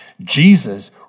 Jesus